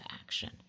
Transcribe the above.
action